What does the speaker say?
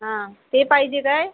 हां ते पाहिजे काय